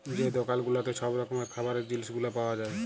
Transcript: যে দকাল গুলাতে ছব রকমের খাবারের জিলিস গুলা পাউয়া যায়